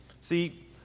See